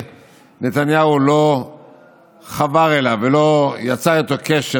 שנתניהו לא חבר אליו ולא יצר איתו קשר,